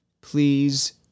please